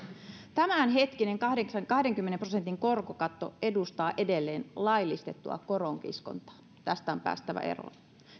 tämänhetkinen kahdenkymmenen prosentin korkokatto edustaa edelleen laillistettua koronkiskontaa ja tästä on päästävä eroon